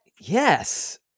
yes